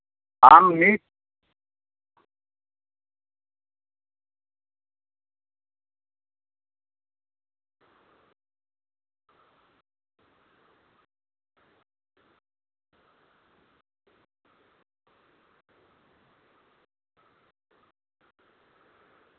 ᱟᱢ ᱱᱤᱛ